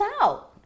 out